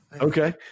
Okay